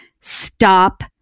stop